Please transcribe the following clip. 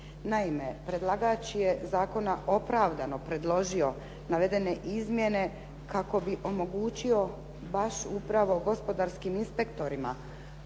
Naime, predlagač je zakona opravdano predložio navedene izmjene kako bi omogućio baš upravo gospodarskim inspektorima